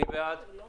מי בעד אישור הצו?